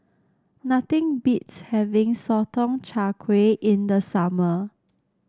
nothing beats having Sotong Char Kway in the summer